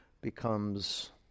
becomes